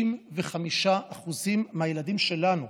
95% מהילדים שלנו,